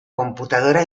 computadora